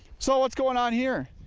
so what's going on here?